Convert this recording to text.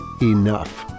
enough